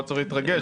לא צריך להתרגש.